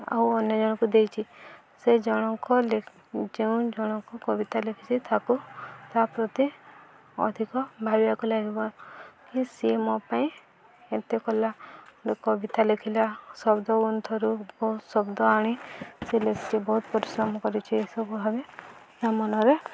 ଆଉ ଅନ୍ୟ ଜଣଙ୍କୁ ଦେଇଛି ସେ ଜଣଙ୍କ ଯେଉଁ ଜଣଙ୍କ କବିତା ଲେଖିଚି ତାକୁ ତା ପ୍ରତି ଅଧିକ ଭାବିବାକୁ ଲାଗିବ କି ସିଏ ମୋ ପାଇଁ ଏତେ କଲା ଗୋଟେ କବିତା ଲେଖିଲା ଶବ୍ଦ ଗୁନ୍ଥରୁ ବହୁତ ଶବ୍ଦ ଆଣି ସେି ଲେଖିକି ବହୁତ ପରିଶ୍ରମ କରିଛି ଏସବୁ ଭାବେ ତା ମନରେ